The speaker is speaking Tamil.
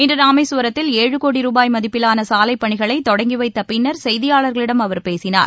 இன்று ராமேஸ்வரத்தில் ஏழு கோடி ரூபாய் மதிப்பிலான சாலைப்பணிகளை தொடங்கிவைத்த பின்னர் செய்தியாளர்களிடம் அவர் பேசினார்